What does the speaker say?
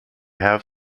have